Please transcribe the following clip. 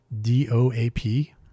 D-O-A-P